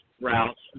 routes